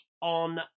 on